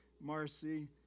Marcy